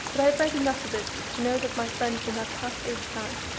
but i have read enough of it to know that my friends in that past age had,